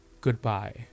goodbye